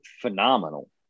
phenomenal